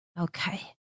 okay